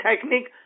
technique